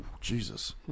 Jesus